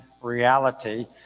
reality